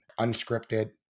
unscripted